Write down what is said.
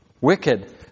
wicked